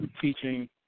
Teaching